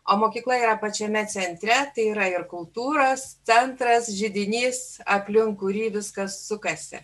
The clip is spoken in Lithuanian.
o mokykla yra pačiame centre tai yra ir kultūros centras židinys aplink kurį viskas sukasi